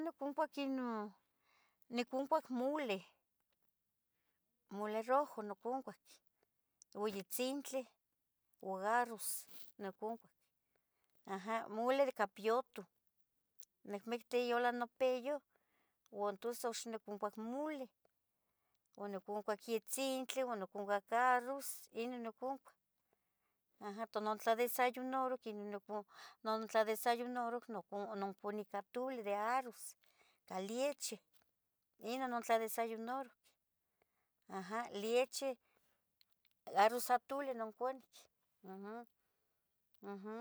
Niconcuac ino, niconcuac mule, mule rojo niconcuac, ua yetzintli ua árroz niconcuac, aha, mule de ca piyutoh nicmictih yola nopiyuh uan tus uxa niconcuac mule, oniconcuac yetzintli, oniconcuac árroz, Inon niconcuac, aha tonotlandesayunaroh quenih nontladesayunaroh ononconic atule de arruz ca lieche, ino ontladesayunaroh, aha, lieche, árroz atule onconic, uhm.